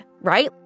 right